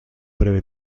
breve